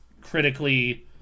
critically